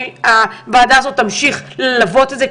הוועדה הזאת תמשיך ללוות את זה,